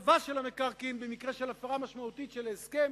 השבה של המקרקעין במקרה של הפרה משמעותית של ההסכם